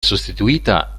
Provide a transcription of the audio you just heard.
sostituita